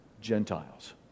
Gentiles